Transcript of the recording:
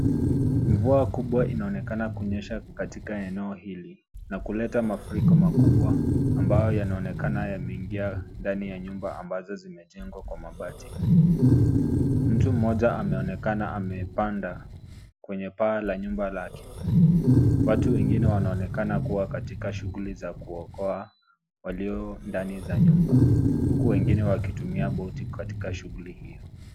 Mvua kubwa inaonekana kunyesha katika eneo hili na kuleta mafuriko makubwa ambayo yanaonekana yameingia ndani ya nyumba ambazo zimejengwa kwa mabati. Mtu mmoja ameonekana amepanda kwenye paa la nyumba lake. Watu wengine wanaonekana kuwa katika shughuli za kuokoa walio ndani za nyumba. Huku wengine wakitumia (cs)boat(cs) katika shughuli hiyo.